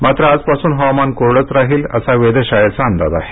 मात्र आजपासून हवामान कोरडंच राहील असा वेधशाळेचा अंदाज आहे